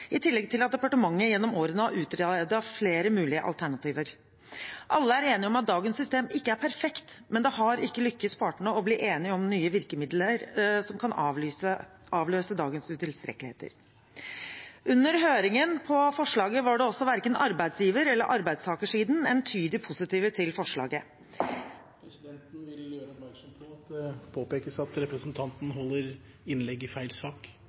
i tillegg til at departementet gjennom årene har utredet flere mulige alternativer. Alle er enige om at dagens system ikke er perfekt, men det har ikke lyktes partene å bli enige om virkemidler som kan avløse dagens utilstrekkeligheter. Under høringen om forslaget var verken arbeidsgiver- eller arbeidstakersiden entydig positive til forslaget … Presidenten vil gjøre oppmerksom på at det påpekes at representanten holder innlegg i feil sak.